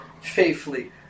faithfully